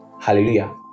Hallelujah